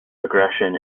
aggression